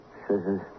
Scissors